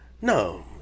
No